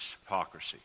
hypocrisy